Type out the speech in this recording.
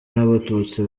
n’abatutsi